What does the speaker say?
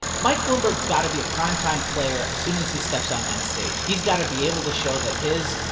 mike bloomberg's got to be a primetime player as soon as he steps on that stage. he's got to be able to show that his,